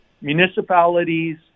municipalities